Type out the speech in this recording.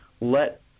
let